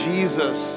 Jesus